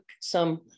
some-